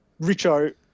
Richo